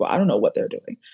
i don't know what they're doing,